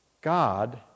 God